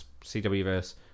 CW-verse